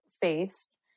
faiths